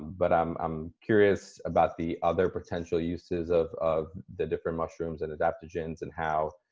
but i'm um curious about the other potential uses of of the different mushrooms and adaptogens, and how